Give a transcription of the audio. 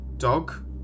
Dog